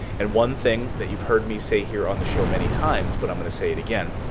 and one thing that you've heard me say here on the show many times, but i'm going to say it again,